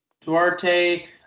Duarte